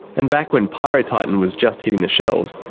and back when pyrotitan was just hitting the shelves,